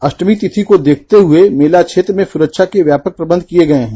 अप्टमी तिथि र्क रेखते हुए मेला क्षेत्र मे सुरक्षा के व्यापक प्रबंध किये गये हैं